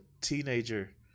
teenager